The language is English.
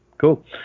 Cool